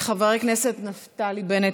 חבר הכנסת נפתלי בנט,